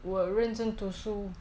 我认真读书